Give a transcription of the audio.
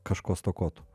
kažko stokotų